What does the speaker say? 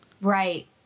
Right